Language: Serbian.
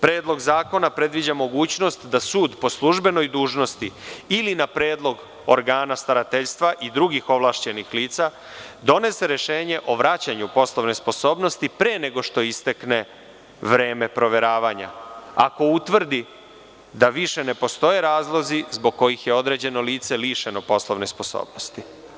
Predlog zakona predviđa mogućnost da sud po službenoj dužnosti ili na predlog organa starateljstva i drugih ovlašćenih lica donese rešenje o vraćanju poslovne sposobnosti pre nego što istekne vreme proveravanja ako utvrdi da više ne postoje razlozi zbog kojih je određeno lice lišeno poslovne sposobnosti.